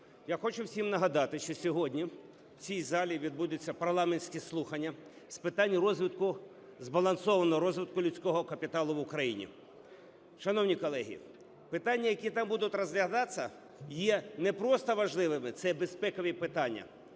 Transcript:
Я хочу всім нагадати, що сьогодні в цій залі відбудуться парламентські слухання з питань розвитку, збалансованого розвитку людського капіталу в Україні. Шановні колеги, питання, які там будуть розглядатися, є не просто важливими, цебезпекові питання.